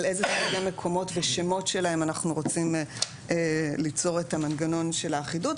על איזה מקומות ושמות שלהם אנחנו רוצים ליצור את המנגנון של האחידות.